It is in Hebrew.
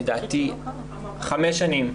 לדעתי ארבע-חמש שנים.